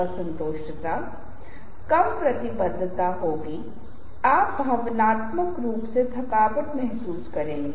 क्या दर्शक चारों ओर से घिर रहे हैं अच्छा महसूस नहीं कर रहे हैं शिफ्टिंग के आसपास घूम रहे हैंसमूह के सदस्य वे सहज महसूस नहीं कर रहे हैं